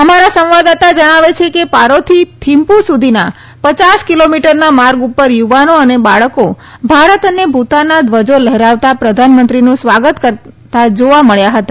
અમારા સંવાદદાતા જણાવે છે કે પારોથી થીમ્પું સુધીના પયાસ કિલોમીટરના માર્ગ ઉપર યુવાનો અને બાળકો ભારત અને ભૂતાનના ધ્વજા લહેરાવતાં પ્રધાનમંત્રીનું સ્વાગત કરતાં જાવા મળ્યા છે